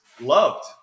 loved